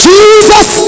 Jesus